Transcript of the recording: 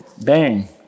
bang